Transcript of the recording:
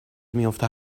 میفته